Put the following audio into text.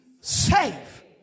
safe